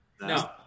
No